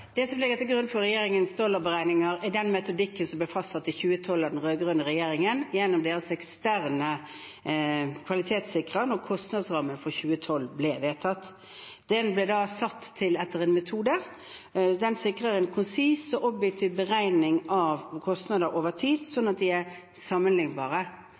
Det som ligger til grunn for regjeringens dollarberegninger, er metodikken som ble fastsatt i 2012 av den rød-grønne regjeringen gjennom deres eksterne kvalitetssikrer da kostnadsrammen for 2012 ble vedtatt. Den ble da satt etter en metode som sikrer konsis og objektiv beregning av kostnader over tid, slik at de er sammenlignbare.